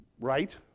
right